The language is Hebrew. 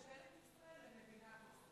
צריך לעשות הפרדה בין ממשלת ישראל למדינת ישראל,